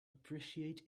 appreciate